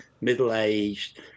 middle-aged